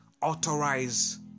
authorize